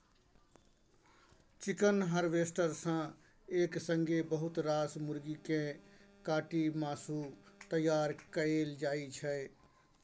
chicken harvester सँ एक संगे बहुत रास मुरगी केँ काटि मासु तैयार कएल जाइ छै